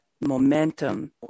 momentum